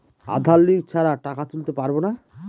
আধার link ছাড়া টাকা তুলতে পারব না?